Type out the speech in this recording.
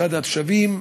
מצד התושבים,